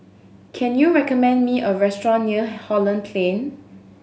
can you recommend me a restaurant near Holland Plain